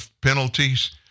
penalties